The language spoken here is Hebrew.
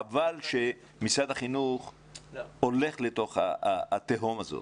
חבל שמשרד החינוך הולך לתוך התהום הזאת.